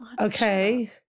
Okay